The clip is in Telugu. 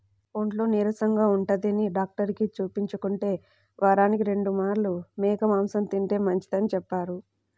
ఒంట్లో నీరసంగా ఉంటందని డాక్టరుకి చూపించుకుంటే, వారానికి రెండు మార్లు మేక మాంసం తింటే మంచిదని చెప్పారు